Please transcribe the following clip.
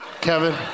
Kevin